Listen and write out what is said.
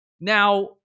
Now